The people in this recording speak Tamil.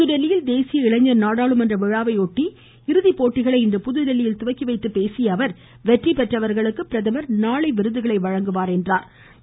புதுதில்லியில் தேசிய இளைஞர் நாடாளுமன்ற விழாவை ஒட்டிய இறுதிப் போட்டிகளை இன்று புதுதில்லியில் துவக்கி வைத்துப் பேசிய அவர் வெற்றி பெற்றவர்களுக்கு பிரதமர் நாளை விருதுகளை வழங்குவார் என்று கூறினார்